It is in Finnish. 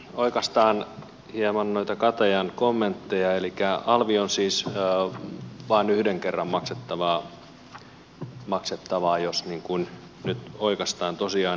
oikaistaan hieman noita katajan kommentteja elikkä alvi on siis vain yhden kerran maksettavaa jos nyt oikaistaan tosiaan